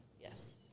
Yes